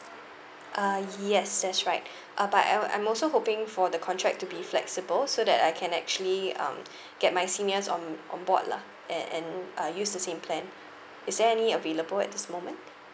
uh yes that's right uh but I I'm also hoping for the contract to be flexible so that I can actually um get my seniors on on board lah and and uh use the same plan is there any available at this moment